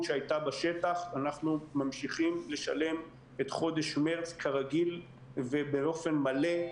שהיתה בשטח אנחנו ממשיכים לשלם את חודש מרץ כרגיל ובאופן מלא,